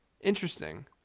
Interesting